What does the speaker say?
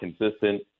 consistent